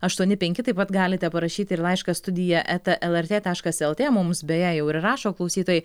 aštuoni penki taip pat galite parašyti ir laišką studija eta lrt taškas lt mums beje jau ir rašo klausytojai